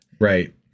Right